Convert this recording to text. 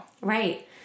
Right